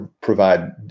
provide